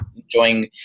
enjoying